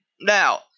Now